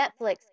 Netflix